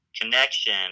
connection